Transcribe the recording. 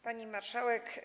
Pani Marszałek!